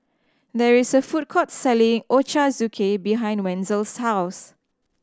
there is a food court selling Ochazuke behind Wenzel's house